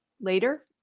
later